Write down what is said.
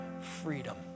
freedom